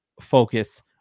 focus